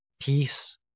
peace